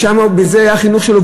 זה היה החינוך שלו,